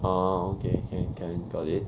ah okay okay can got it